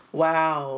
wow